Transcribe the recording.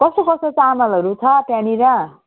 कस्तो कस्तो चामलहरू छ त्यहाँनिर